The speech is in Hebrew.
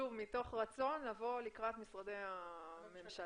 מתוך רצון לבוא לקראת משרדי הממשלה.